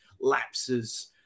lapses